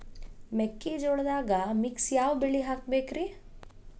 ಮೆಕ್ಕಿಜೋಳದಾಗಾ ಮಿಕ್ಸ್ ಯಾವ ಬೆಳಿ ಹಾಕಬೇಕ್ರಿ?